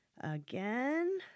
again